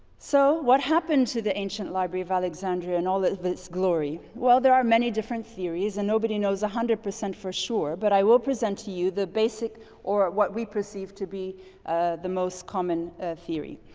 so what happened to the ancient library of alexandria and all this this glory? well, there are many different theories and nobody knows one hundred percent for sure. but i will present to you the basic or what we perceive to be ah the most common theory.